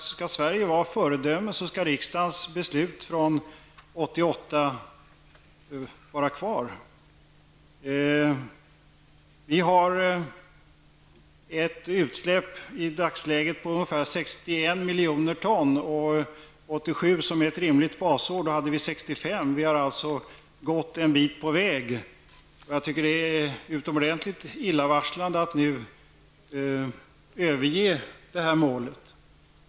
Jag tycker alltså att om Sverige skall vara ett föredöme måste riksdagens beslut från 1988 kvarstå. I dagsläget gäller det utsläpp omfattande ungefär 61 miljoner ton. 1987, som är ett rimligt basår, var motsvarande siffra 65 miljoner ton. Vi har alltså kommit en bit på vägen. Men det är utomordentligt illavarslande om vi nu skall överge det här målet.